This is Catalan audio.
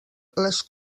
les